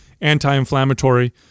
anti-inflammatory